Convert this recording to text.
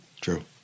True